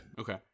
Okay